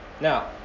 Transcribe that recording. Now